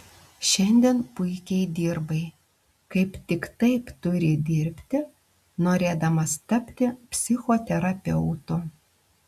šiandien puikiai dirbai kaip tik taip turi dirbti norėdamas tapti psichoterapeutu